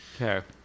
Okay